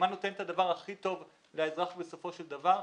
מה נותן את הדבר הכי טוב לאזרח בסופו של דבר.